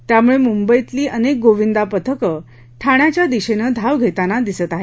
त्यामुळे मुंबईतली अनेक गोविंदा पथकं ठाण्याच्या दिशेनं धाव घेताना दिसत आहेत